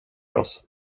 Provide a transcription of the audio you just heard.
oss